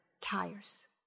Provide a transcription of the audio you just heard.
tires